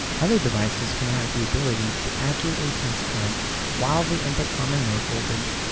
other devices can have the ability to accurately sense current while the input common-mode voltage,